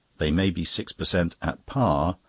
they may be six per cent. at par,